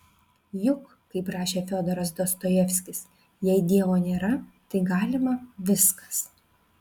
juk kaip rašė fiodoras dostojevskis jei dievo nėra tai galima viskas